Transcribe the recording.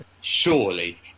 surely